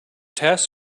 task